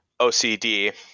ocd